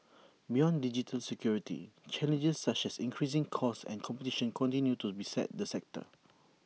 beyond digital security challenges such as increasing costs and competition continue to beset the sector